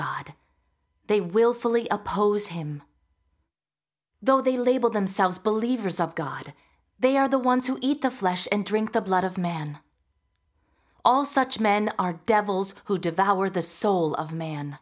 god they willfully oppose him though they label themselves believers of god they are the ones who eat the flesh and drink the blood of man all such men are devils who devour the soul of man